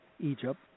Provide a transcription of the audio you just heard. Egypt